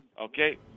Okay